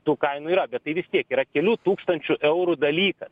tų kainų yra bet tai vis tiek yra kelių tūkstančių eurų dalykas